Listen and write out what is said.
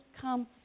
come